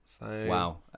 Wow